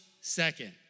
second